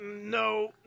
no